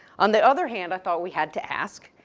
on the other hand, i thought we had to ask,